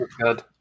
good